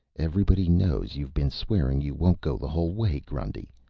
everybody knows you've been swearing you won't go the whole way, grundy.